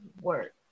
work